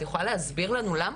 את יכולה להסביר לנו למה?